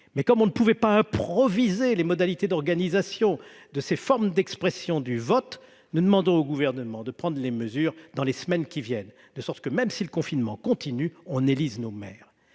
Comme nous ne pouvons pas improviser les modalités d'organisation de ces formes d'expression du vote, nous demandons au Gouvernement de prendre ces mesures dans les semaines qui viennent. Je le répète, même si le confinement continue, on pourra élire les maires.